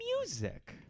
music